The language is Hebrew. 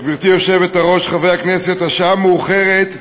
גברתי היושבת-ראש, חברי הכנסת, השעה מאוחרת,